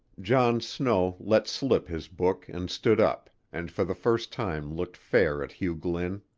john snow let slip his book and stood up, and for the first time looked fair at hugh glynn.